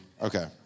Okay